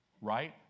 right